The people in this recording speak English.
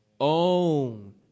own